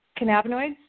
cannabinoids